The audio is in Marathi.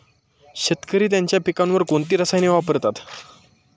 शेतकरी त्यांच्या पिकांवर कोणती रसायने वापरतात?